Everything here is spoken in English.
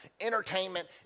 Entertainment